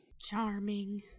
Charming